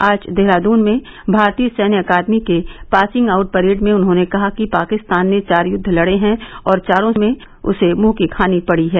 आज देहरादून में भारतीय सैन्य अकादमी के पासिंग आउट परेड में उन्होंने कहा कि पाकिस्तान ने चार युद्व लड़े हैं और चारों में उसे मुंह की खानी पड़ी है